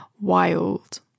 wild